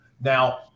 now